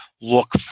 look